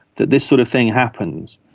that this sort of thing happens.